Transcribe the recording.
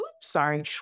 sorry